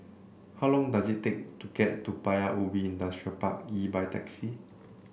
how long does it take to get to Paya Ubi Industrial Park E by taxi